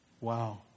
Wow